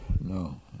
No